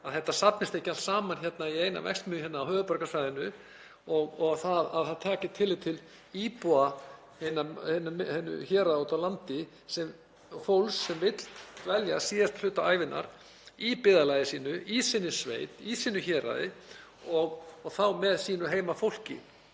að þetta safnist ekki allt saman í eina verksmiðju hérna á höfuðborgarsvæðinu og að tekið sé tillit til íbúa héraða úti á landi, fólks sem vill dvelja síðasta hluta ævinnar í byggðarlagi sínu, í sinni sveit, í sínu héraði og þá með sínu heimafólki.